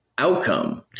Outcome